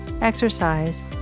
exercise